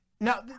now